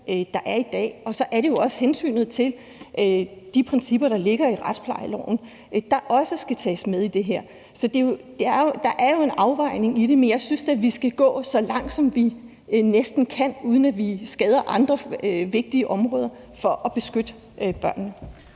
der er i dag, og så skal hensynet til de principper, der ligger i retsplejeloven, jo også skal tages med i det her. Så der er jo en afvejning i det, men jeg synes da, vi skal gå så langt, som vi næsten kan, uden at vi skader andre vigtige områder, for at beskytte børnene.